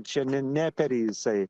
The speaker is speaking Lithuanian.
čia ne neperi jisai